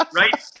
right